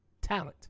talent